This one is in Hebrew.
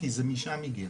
כי זה משם הגיע.